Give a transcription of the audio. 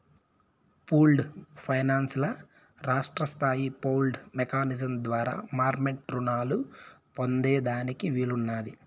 pooled finance ల రాష్ట్రస్తాయి pooled mechanism ద్వారా మార్మెట్ రునాలు పొందేదానికి వీలున్నాది